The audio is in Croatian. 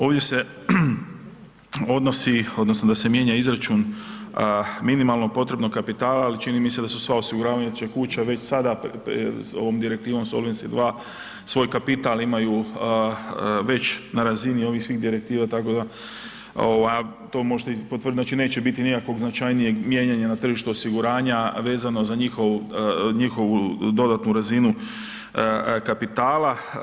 Ovdje se odnosi, odnosno da se mijenja izračun minimalnog potrebnog kapitala, ali čini mi se da sva osiguravajuća kuća već sada ovog direktivom Solvency II, svoj kapital imaju već na razini ovih svih direktiva, tako da, to možete i potvrditi, znači neće biti nikakvog značajnijeg mijenjana na tržištu osiguranja vezano za njihovu dodatnu razinu kapitala.